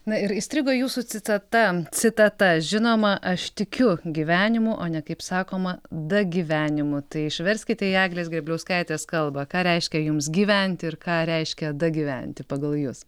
na ir įstrigo jūsų citata citata žinoma aš tikiu gyvenimu o ne kaip sakoma dagyvenimu tai išverskite į eglės grėbliauskaitės kalbą ką reiškia jums gyventi ir ką reiškia dagyventi pagal jus